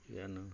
इएह ने